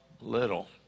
little